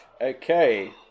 Okay